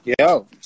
Yo